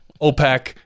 OPEC